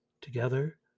Together